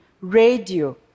radio